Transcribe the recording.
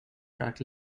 track